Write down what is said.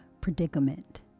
predicament